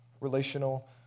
relational